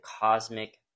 cosmic